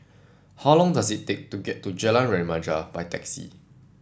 how long does it take to get to Jalan Remaja by taxi